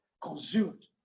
consumed